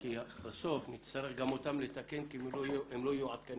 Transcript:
כי בסוף נצטרך לתקן גם את התקנות כי הן לא יהיו עדכניות